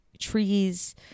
trees